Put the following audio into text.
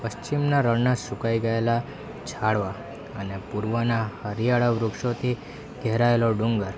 પશ્ચિમના રણના સુકાઈ ગએલાં ઝાડવાં અને પૂર્વના હરિયાળા વૃક્ષોથી ઘેરાયેલો ડુંગર